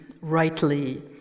rightly